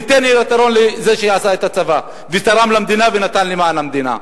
ניתן יתרון לזה שעשה צבא ותרם למדינה ונתן למען המדינה.